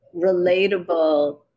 relatable